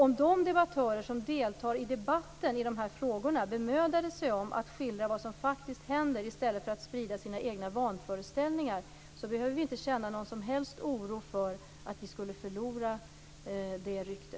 Om de som deltar i debatten i de här frågorna bemödar sig om att skildra vad som faktiskt händer i stället för att sprida sina egna vanföreställningar behöver vi inte känna någon som helst oro för att vi skall förlora vårt rykte.